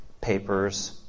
papers